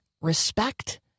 respect